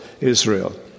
Israel